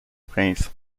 prince